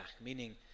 meaning